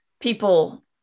people